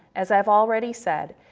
as i've already said,